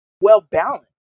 well-balanced